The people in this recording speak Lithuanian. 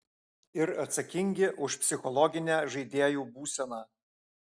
ir atsakingi už psichologinę žaidėjų būseną